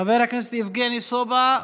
חבר הכנסת יבגני סובה,